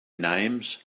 names